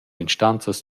instanzas